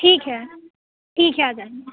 ठीक है ठीक है आ जाएँगे